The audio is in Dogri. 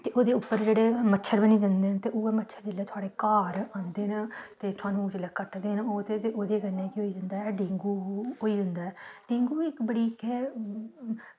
ते ओह्दे उप्पर जेह्ड़े मच्छर बी निं जंदे न ते मच्छर जेह्ड़े मच्छर जेल्लै थुआढ़े घर आंदे न ते थुहानू कट्टदे न ते ओह्दे कन्नै केह् होई जंदा ऐ डेंगू होई जंदा ऐ डेंगू इक्क बड़ी गै